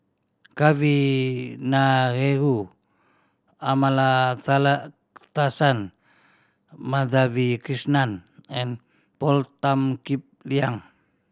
Kavignareru Amallathasan Madhavi Krishnan and Paul Tan Kim Liang